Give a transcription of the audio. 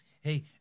Hey